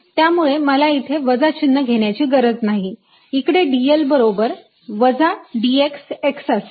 त्यामुळे मला इथे वजा चिन्ह घेण्याची गरज नाही इकडे dl बरोबर वजा dx x असेल